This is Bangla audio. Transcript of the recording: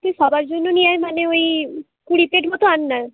তুই সবার জন্য নিয়ে আয় মানে ওই কুড়ি প্লেট মতো আন না